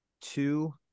two